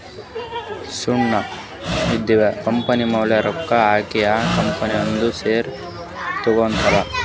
ಸಣ್ಣು ಇದ್ದಿವ್ ಕಂಪನಿಮ್ಯಾಲ ರೊಕ್ಕಾ ಹಾಕಿ ಆ ಕಂಪನಿದು ಶೇರ್ ತಗೋತಾರ್